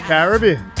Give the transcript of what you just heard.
Caribbean